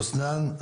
אבו סנאן,